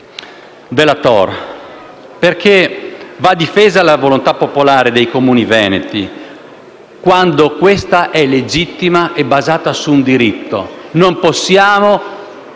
Dalla Tor, perché va difesa la volontà popolare dei Comuni Veneti, quando è legittima e basata su un diritto. Non possiamo